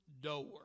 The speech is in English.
door